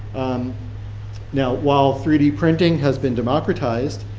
um now while three d printing has been democratized,